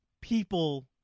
people